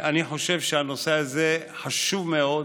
אני חושב שהנושא הזה חשוב מאוד,